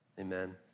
amen